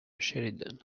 sheridan